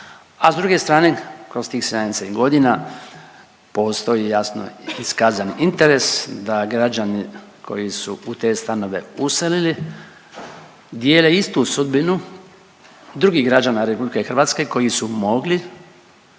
a s druge strane kroz tih 70.g. postoji jasno iskazani interes da građani koji su u te stanove uselili dijele istu sudbinu drugih građana RH koji su mogli